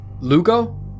Lugo